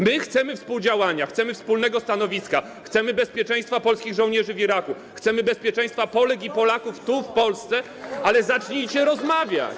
My chcemy współdziałania, chcemy wspólnego stanowiska, chcemy bezpieczeństwa polskich żołnierzy w Iraku, chcemy bezpieczeństwa Polek i Polaków - tu, w Polsce, ale zacznijcie rozmawiać.